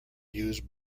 used